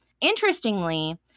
Interestingly